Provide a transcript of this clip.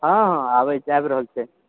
हँ हँ आबि रहल छै